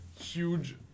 huge